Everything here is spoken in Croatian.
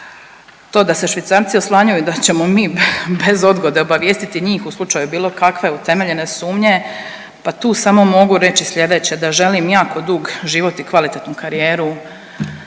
to da se Švicarci oslanjaju da ćemo mi bez odgode obavijestiti njih u slučaju bilo kakve utemeljene sumnje, pa tu samo mogu reći sljedeće, da želim jako dug život i kvalitetnu karijeru